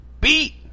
Beat